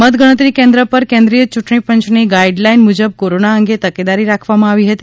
મતગણતરી કેન્દ્ર પર કેન્દ્રિય યૂંટણીપંચની ગાઇડલાઇન મુજબ કોરોના અંગે તકેદારી રાખવામાં આવી હતી